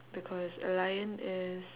because a lion is